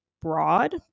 broad